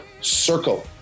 circle